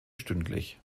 stündlich